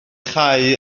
chau